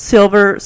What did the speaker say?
Silver